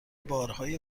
بارهای